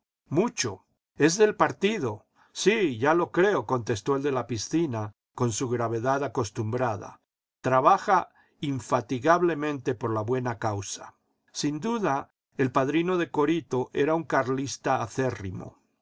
mucho es del partido sí jya lo creo contestó el de la piscina con su gravedad acostumbrada trabaja infatigablemente por la buena causa sin duda el padrino de corito era un carlista acérrimo